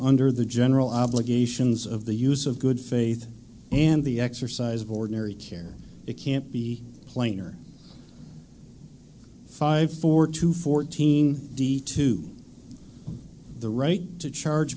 under the general obligations of the use of good faith and the exercise of ordinary care it can't be plainer five four to fourteen d to the right to charge